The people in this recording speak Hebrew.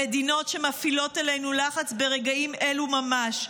המדינות שמפעילות עלינו לחץ ברגעים אלו ממש: